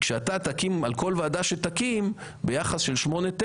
על כל ועדה שתקים ביחס של 8-9,